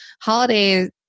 holidays